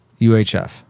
UHF